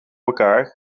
elkaar